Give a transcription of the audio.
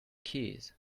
keys